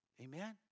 Amen